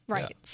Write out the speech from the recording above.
Right